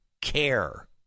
care